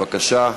בבקשה.